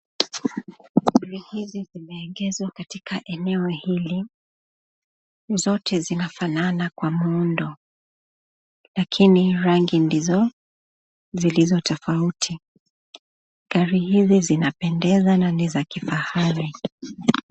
Gari hizi zimeegezwa katika eneo hili, zote zinafanana kwa muundo lakini rangi ndio zilizotofauti, gari hizi zinapendeza na nizakifahari .